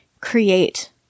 create